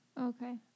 Okay